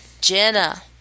Jenna